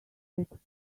that